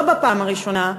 לא בפעם הראשונה,